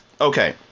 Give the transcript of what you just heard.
Okay